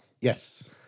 Yes